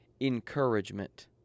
encouragement